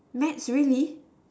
maths really